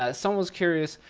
ah someone was curious,